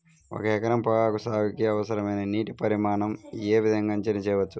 ఒక ఎకరం పొగాకు సాగుకి అవసరమైన నీటి పరిమాణం యే విధంగా అంచనా వేయవచ్చు?